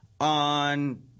on